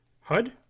HUD